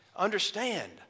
Understand